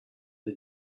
the